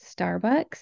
starbucks